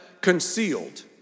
concealed